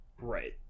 Right